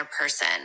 person